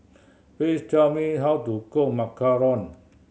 please tell me how to cook macaron